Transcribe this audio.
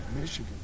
Michigan